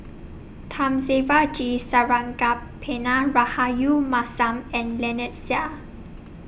Thamizhavel G Sarangapani Rahayu Mahzam and Lynnette Seah